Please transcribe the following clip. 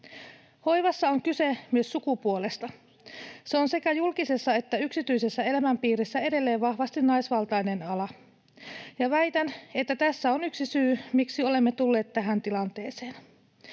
Hoivassa on kyse myös sukupuolesta. Se on sekä julkisessa että yksityisessä elämänpiirissä edelleen vahvasti naisvaltainen ala, ja väitän, että tässä on yksi syy, miksi olemme tulleet tähän tilanteeseen.